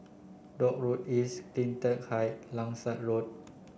Dock Road East CleanTech Height Langsat Road